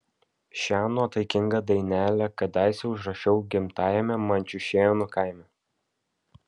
šią nuotaikingą dainelę kadaise užrašiau gimtajame mančiušėnų kaime